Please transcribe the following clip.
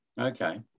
Okay